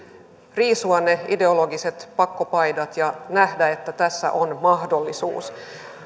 riisua ne ideologiset pakkopaidat ja nähdä että tässä on mahdollisuus